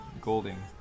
Golding